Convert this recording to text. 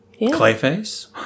Clayface